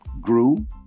grew